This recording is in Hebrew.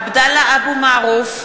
(קוראת בשמות חברי הכנסת) עבדאללה אבו מערוף,